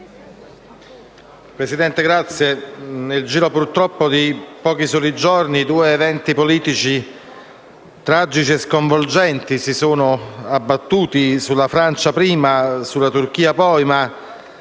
Presidente, purtroppo nel giro di pochi giorni due eventi politici tragici e sconvolgenti si sono abbattuti sulla Francia prima e sulla Turchia poi e,